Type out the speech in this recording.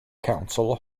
council